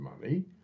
money